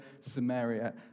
Samaria